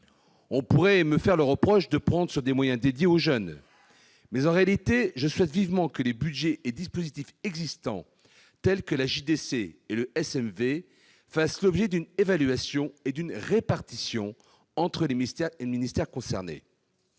On pourrait me faire le reproche de prendre sur des moyens consacrés aux jeunes. Mais en réalité, je souhaite vivement que les budgets et dispositifs existants- la JDC et le SMV -fassent l'objet d'une évaluation et d'une répartition entre les ministères concernés.